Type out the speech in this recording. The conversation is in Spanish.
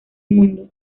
mundo